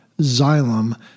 Xylem